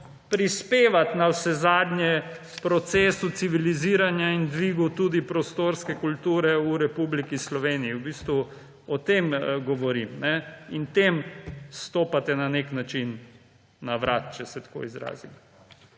prispevati navsezadnje v procesu civiliziranja in dvigu tudi prostorske kulture v Republiki Sloveniji, v bistvu o tem govorim. In tem stopate na nek način na vrat, če se tako izrazim.